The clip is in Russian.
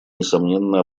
несомненно